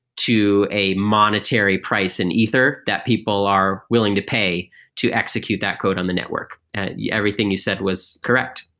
to a monetary price in ether that people are willing to pay to execute that code on the network. and everything you said was correct.